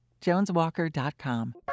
JonesWalker.com